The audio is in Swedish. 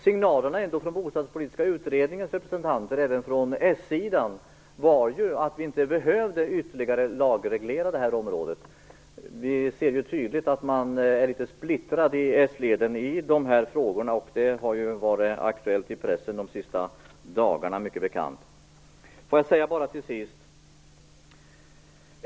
Signalen från den bostadspolitiska utredningens representanter, även på s-sidan, var ju att vi inte behövde ytterligare lagreglera detta område. Vi ser tydligt att det är litet splittrat i s-leden i de här frågorna, vilket ju aktualiserats i pressen under de senaste dagarna.